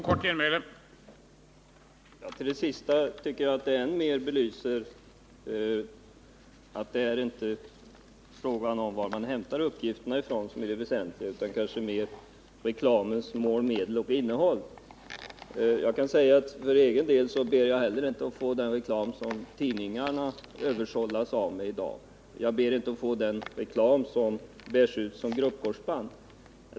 Herr talman! Det sist sagda tycker jag än mer belyser att det väsentliga inte är var man hämtar uppgifterna utan kanske mera reklamens mål, medel och innehåll. Inte heller jag ber att få den reklam som tidningarna överhopar oss med i dag. Jag ber inte att få den reklam som bärs ut som gruppkorsband.